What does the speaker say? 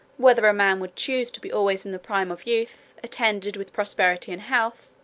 whether a man would choose to be always in the prime of youth, attended with prosperity and health